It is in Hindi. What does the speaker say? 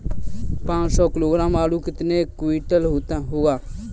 पाँच सौ किलोग्राम आलू कितने क्विंटल होगा?